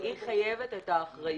היא חייבת את האחריות.